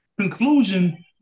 conclusion